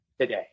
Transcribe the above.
today